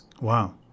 Wow